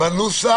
קנית D-9,